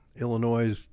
Illinois